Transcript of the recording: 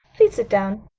pray sit down.